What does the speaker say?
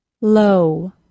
Low